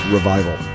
Revival